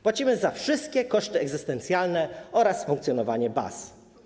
Płacimy za wszystkie koszty egzystencjalne oraz funkcjonowanie baz.